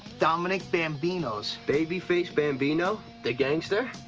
dominic bambino's. babyface bambino? the gangster?